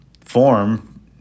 form